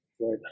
Right